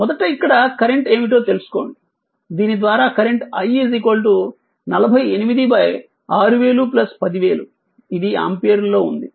మొదట ఇక్కడ కరెంట్ ఏమిటో తెలుసుకోండి దీని ద్వారా కరెంట్ i 48 6000 10000 ఇది ఆంపియర్లో ఉంది